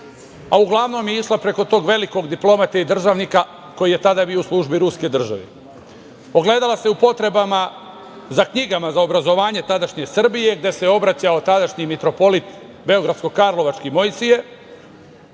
a uglavnom je išla preko tog velikog diplomate i državnika koji je tada bio u službi ruske države. Ogledala se u potrebama za knjigama za obrazovanje tadašnje Srbije, gde se obraćao tadašnji mitropolit beogradsko-karlovački Mojsije